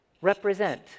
represent